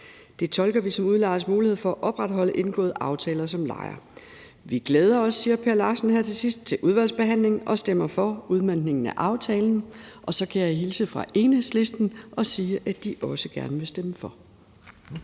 Det tolker vi som udlejers mulighed for at opretholde indgåede aftaler. Her til sidst skriver Per Larsen, at vi glæder os til udvalgsbehandlingen og stemmer for udmøntningen af aftalen. Og så jeg kan jeg hilse fra Enhedslisten og sige, at de også gerne vil stemme for.